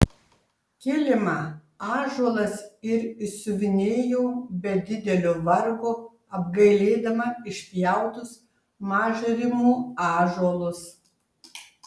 kilimą ąžuolas ir išsiuvinėjo be didelio vargo apgailėdama išpjautus mažrimų ąžuolus